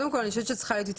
אני חושבת שבתקנות